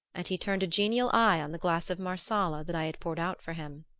and he turned a genial eye on the glass of marsala that i had poured out for him.